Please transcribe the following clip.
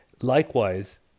Likewise